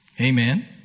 Amen